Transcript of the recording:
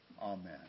Amen